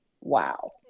Wow